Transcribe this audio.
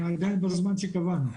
אני עדיין בזמן שקבענו,